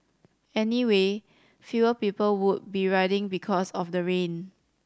anyway fewer people would be riding because of the rain